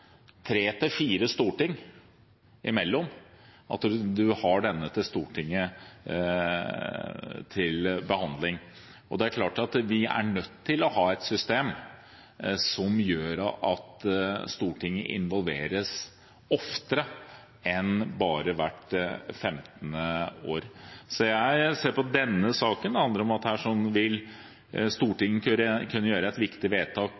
tre til fire storting mellom hver gang en har denne til behandling i Stortinget, og vi er nødt til å ha et system som gjør at Stortinget involveres oftere enn bare hvert 15. år. Så jeg ser det slik at i denne saken handler det om at her vil Stortinget kunne gjøre et viktig vedtak